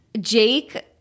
Jake